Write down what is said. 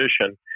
position